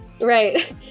Right